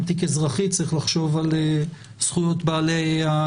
וגם בתיק אזרחי צריך לחשוב על זכויות הצדדים.